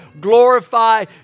glorify